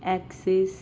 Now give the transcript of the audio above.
axis